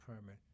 permit